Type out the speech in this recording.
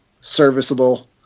serviceable